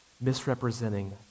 misrepresenting